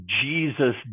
Jesus